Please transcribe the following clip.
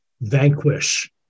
vanquish